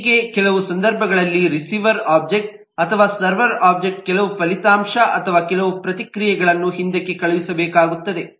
ಈಗೇ ಕೆಲವು ಸಂದರ್ಭಗಳಲ್ಲಿ receiver object ಅಥವಾ ಸರ್ವರ್ ಒಬ್ಜೆಕ್ಟ್ ಕೆಲವು ಫಲಿತಾಂಶ ಅಥವಾ ಕೆಲವು ಪ್ರತಿಕ್ರಿಯೆಯನ್ನು ಹಿಂದಕ್ಕೆ ಕಳುಹಿಸಬೇಕಾಗುತ್ತದೆ